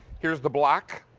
here is the black.